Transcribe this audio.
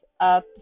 up